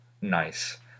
Nice